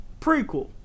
prequel